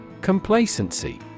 Complacency